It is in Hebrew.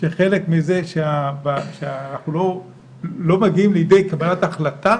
שחלק מזה שאנחנו לא מגיעים לידי קבלת החלטה